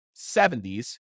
70s